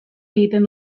egiten